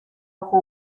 ojo